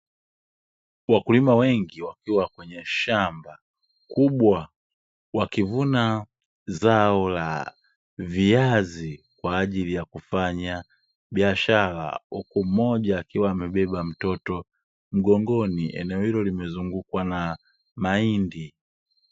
Wakulima wengi wakiwa kwenye shamba kubwa wakivuna zao la viazi kwa ajili ya kufanya biashara, huku mmoja akiwa amebeba mtoto mgongoni eneo hilo limezungukwa na mahindi.